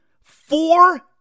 Four